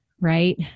right